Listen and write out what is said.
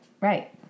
right